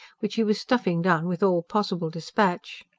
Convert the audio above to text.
which he was stuffing down with all possible dispatch.